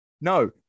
no